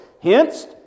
Hence